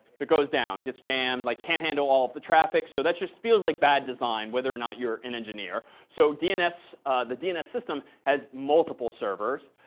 if it goes down, gets jammed, like can't handle all of the traffic. so that just feels like bad design, whether or not you're an engineer. so the dns system has multiple servers.